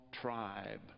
tribe